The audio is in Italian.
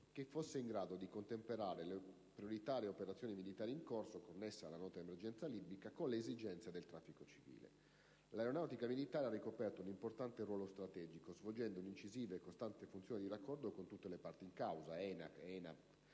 che fosse in grado di contemperare le prioritarie operazioni militari in corso connesse alla nota emergenza libica con le esigenze del traffico civile. Infatti, l'Aeronautica militare ha ricoperto un importante ruolo strategico, svolgendo un'incisiva e costante funzione di raccordo con tutte le parti in causa - ENAC, ENAV,